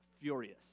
furious